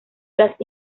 las